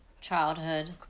Childhood